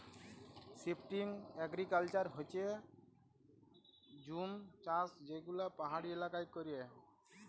shifting agriculture হচ্যে জুম চাষ যে গুলা পাহাড়ি এলাকায় ক্যরে